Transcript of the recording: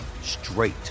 straight